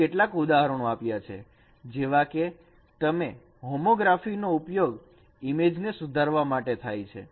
અહીં કેટલાક ઉદાહરણો આપ્યા છે જેવા કે તમે હોમોગ્રાફી નો ઉપયોગ ઇમેજ ને સુધારવા માટે થાય છે